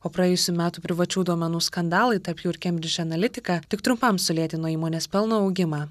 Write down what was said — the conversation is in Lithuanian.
o praėjusių metų privačių duomenų skandalai tarp jų ir cambridge analytica tik trumpam sulėtino įmonės pelno augimą